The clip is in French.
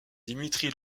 dimitri